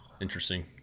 Interesting